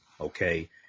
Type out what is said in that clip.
Okay